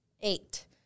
Eight